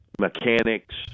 mechanics